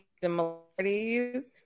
similarities